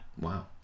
Wow